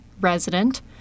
resident